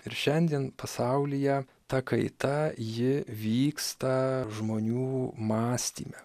ir šiandien pasaulyje ta kaita ji vyksta žmonių mąstyme